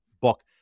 book